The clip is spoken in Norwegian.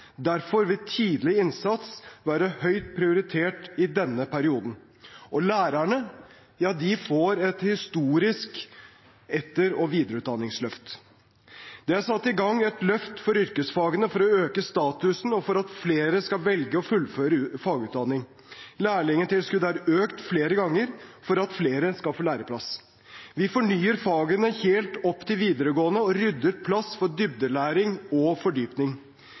Derfor vil tidlig innsats være høyt prioritert i denne perioden. Lærerne får et historisk etter- og videreutdanningsløft. Det er satt i gang et løft for yrkesfagene for å øke statusen og for at flere skal velge og fullføre fagutdanning. Lærlingtilskuddet er økt flere ganger for at flere skal få læreplass. Vi fornyer fagene helt opp til videregående og rydder plass for dybdelæring og fordypning.